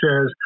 says